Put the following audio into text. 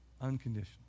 Unconditional